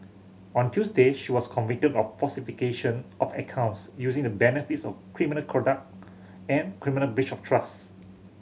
on Tuesday she was convicted of falsification of accounts using the benefits of criminal conduct and criminal breach of trust